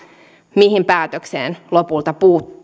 mihin päätökseen lopulta